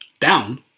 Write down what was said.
Down